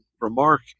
remark